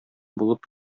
булып